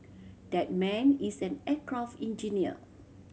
that man is an aircraft engineer